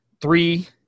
three